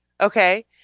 Okay